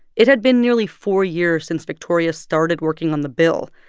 it had been nearly four years since victoria started working on the bill.